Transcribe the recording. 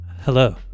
Hello